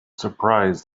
surprised